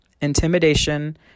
intimidation